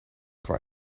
qua